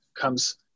comes